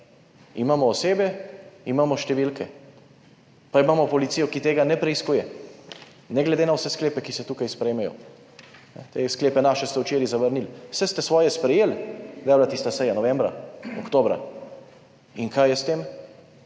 Imamo osebe, imamo številke pa imamo policijo, ki tega ne preiskuje ne glede na vse sklepe, ki se tukaj sprejmejo. Te sklepe naše ste včeraj zavrnili. Saj ste svoje sprejeli! Kdaj je bila tista seja, novembra? Oktobra. In kaj je s tem?